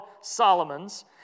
Solomon's